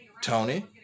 Tony